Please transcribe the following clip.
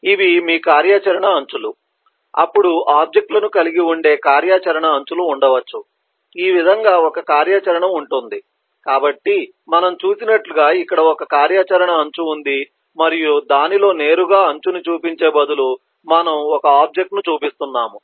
ఇవి మీ కార్యాచరణ అంచులు అప్పుడు ఆబ్జెక్ట్ లను కలిగి ఉండే కార్యాచరణ అంచులు ఉండవచ్చు ఈ విధంగా ఒక కార్యాచరణ ఉంటుంది కాబట్టి మనం చూసినట్లుగా ఇక్కడ ఒక కార్యాచరణ అంచు ఉంది మరియు దానిలో నేరుగా అంచుని చూపించే బదులు మనము ఒక ఆబ్జెక్ట్ ను చూపిస్తున్నాము